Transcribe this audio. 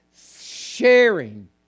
sharing